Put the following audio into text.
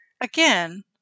Again